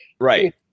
Right